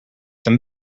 them